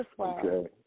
Okay